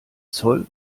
zoll